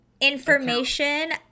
information